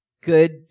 good